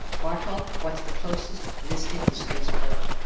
bartol, what's the closest listed spaceport?